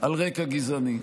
על רקע גזעני.